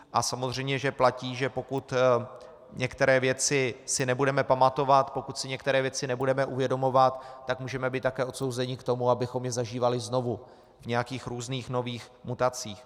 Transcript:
A samozřejmě platí, že pokud některé věci si nebudeme pamatovat, pokud si některé věci nebudeme uvědomovat, můžeme být také odsouzeni k tomu, abychom je zažívali znovu v nějakých různých nových mutacích.